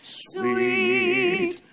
sweet